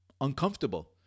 uncomfortable